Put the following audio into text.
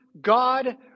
God